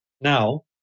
Now